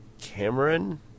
Cameron